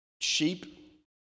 sheep